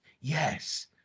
yes